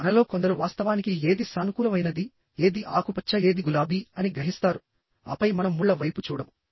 మనలో కొందరు వాస్తవానికి ఏది సానుకూలమైనది ఏది ఆకుపచ్చ ఏది గులాబీ అని గ్రహిస్తారు ఆపై మనం ముళ్ళ వైపు చూడము